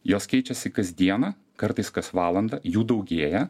jos keičiasi kasdieną kartais kas valandą jų daugėja